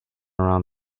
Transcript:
around